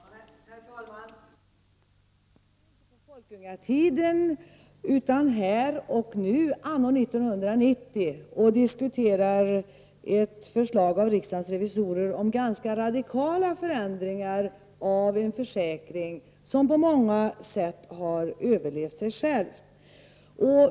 Herr talman! Vilever inte på folkungatiden, utan vi finns här och nu, anno 1990. Vi diskuterar ett förslag från riksdagens revisorer om ganska radikala förändringar av en försäkring som på många sätt har överlevt sig själv.